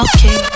Okay